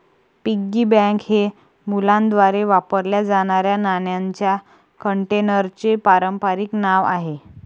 piggy bank हे मुलांद्वारे वापरल्या जाणाऱ्या नाण्यांच्या कंटेनरचे पारंपारिक नाव आहे